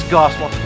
gospel